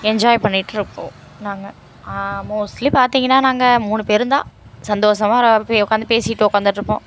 enjoy பண்ணிட்டுருப்போம் நாங்கள் mostly பார்த்தீங்கன்னா நாங்கள் மூணு பேருந்தான் சந்தோஷமா ரவ போய் உக்காந்து பேசிட்டு உக்காந்துட்ருப்போம்